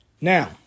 Now